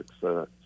success